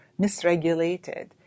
misregulated